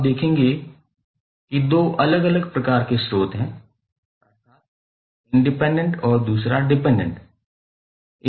अब आप देखेंगे कि दो अलग अलग प्रकार के स्रोत हैं अर्थात् इंडिपेंडेंट और दूसरा डिपेंडेंट है